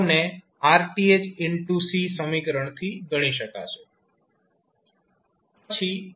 ને RThC સમીકરણથી ગણી શકાશે